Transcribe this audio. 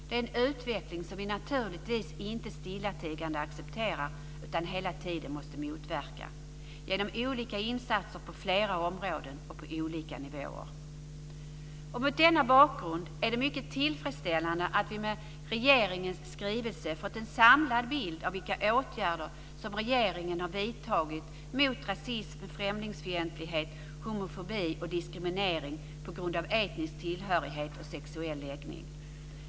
Det är en utveckling som vi naturligtvis inte stillatigande accepterar utan hela tiden måste motverka genom olika insatser på flera områden och på olika nivåer. Mot denna bakgrund är det mycket tillfredsställande att vi med hjälp av regeringens skrivelse har fått en samlad bild av vilka åtgärder som regeringen har vidtagit mot rasism, främlingsfientlighet, homofobi och diskriminering på grund av etnisk tillhörighet och sexuell läggning.